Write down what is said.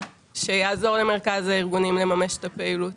שיעזור למרכז הארגונים לממש את הפעילות,